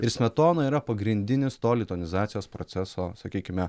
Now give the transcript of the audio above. ir smetona yra pagrindinis to lituanizacijos proceso sakykime